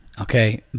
okay